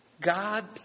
God